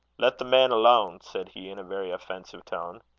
let the man alone, said he, in a very offensive tone.